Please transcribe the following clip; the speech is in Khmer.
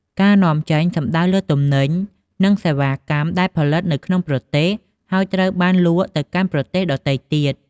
ការនាំចេញ សំដៅលើទំនិញ និងសេវាកម្មដែលផលិតនៅក្នុងប្រទេស ហើយត្រូវបានលក់ទៅកាន់ប្រទេសដទៃទៀត។